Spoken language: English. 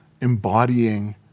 embodying